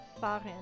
Farin